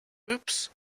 oops